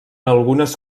algunes